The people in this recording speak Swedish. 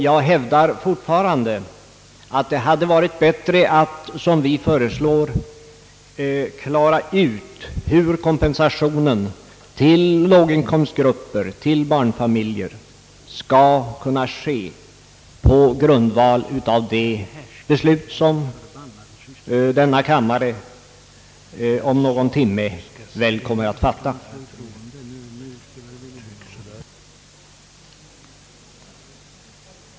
Jag hävdar fortfarande att det hade varit bättre att, som vi föreslår, klara ut hur kompensationen till låginkomstgrupper och barnfamiljer skall kunna ske på grundval av det beslut som denna kammare om någon timme väl kommer att fatta.